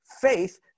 faith